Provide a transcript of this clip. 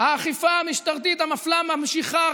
האכיפה המשטרתית המפלה ממשיכה.